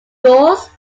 doors